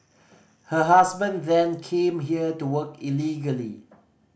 her husband then came here to work illegally